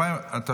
(תיקון,